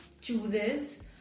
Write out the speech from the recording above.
chooses